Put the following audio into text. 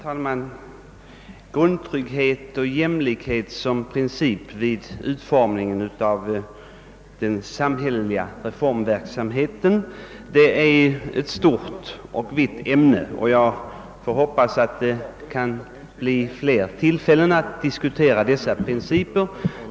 Herr talman! Grundtrygghet och jämlikhet som princip vid utformningen av den samhälleliga reformverksamheten är ett stort och viktigt ämne, och jag får hoppas att det kan bli fler tillfällen att diskutera dessa principer.